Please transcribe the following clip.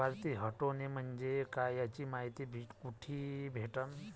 लाभार्थी हटोने म्हंजे काय याची मायती कुठी भेटन?